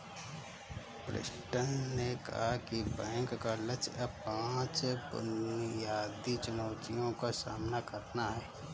Preston ने कहा कि बैंक का लक्ष्य अब पांच बुनियादी चुनौतियों का सामना करना है